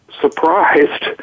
Surprised